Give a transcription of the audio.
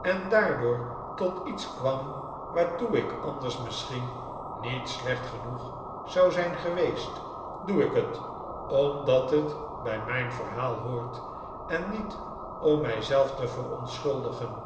en daardoor tot iets kwam waarfoe ik anders misschien niet slecht genoeg zou zijn geweest doe ik het omdat het bij mijn verhaal hoort en niet om mij zelf te verontschuldigen